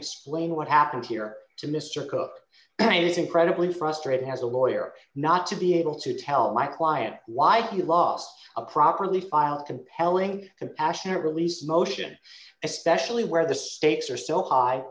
explain what happened here to mr cook and it is incredibly frustrating as a lawyer not to be able to tell my client like you lost a properly filed compelling compassionate release motion especially where the stakes are so high